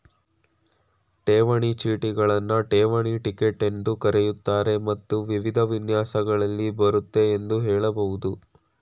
ಠೇವಣಿ ಚೀಟಿಗಳನ್ನ ಠೇವಣಿ ಟಿಕೆಟ್ ಎಂದೂ ಕರೆಯುತ್ತಾರೆ ಮತ್ತು ವಿವಿಧ ವಿನ್ಯಾಸಗಳಲ್ಲಿ ಬರುತ್ತೆ ಎಂದು ಹೇಳಬಹುದು